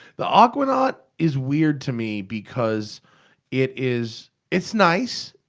the aquanaut is weird to me. because it is. it's nice,